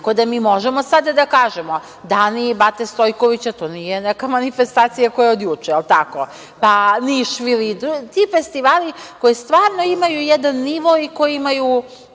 da mi možemo sada da kažemo da „Dani Bati Stojkovića“ to nije neka manifestacija koja je od juče, pa „Nišvil. To su festivali koji stvarno imaju jedan nivo i imaju